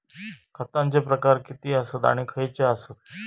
खतांचे प्रकार किती आसत आणि खैचे आसत?